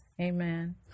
Amen